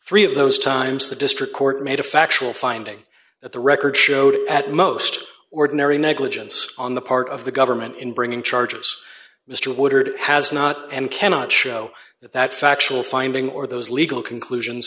free of those times the district court made a factual finding that the record showed at most ordinary negligence on the part of the government in bringing charges mr woodard has not and cannot show that that factual finding or those legal conclusions